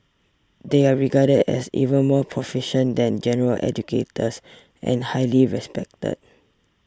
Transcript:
they are regarded as even more proficient than general educators and highly respected